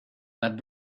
that